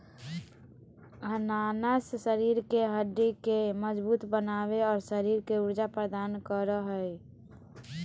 अनानास शरीर के हड्डि के मजबूत बनाबे, और शरीर के ऊर्जा प्रदान करो हइ